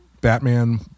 batman